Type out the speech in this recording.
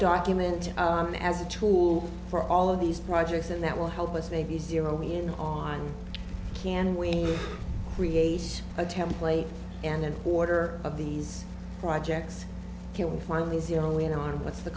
document as a tool for all of these projects and that will help us maybe zero in on can we create a template and an order of these projects killfile the zero in on what's the